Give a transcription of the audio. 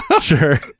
sure